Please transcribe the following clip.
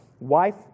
wife